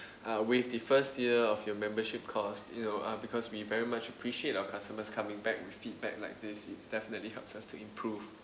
uh wave the first year of your membership cost you know uh because we very much appreciate our customers coming back with feedback like this it definitely helps us to improve